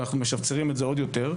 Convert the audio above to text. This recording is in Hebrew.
ואנחנו משפצרים את זה עוד יותר.